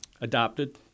adopted